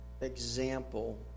example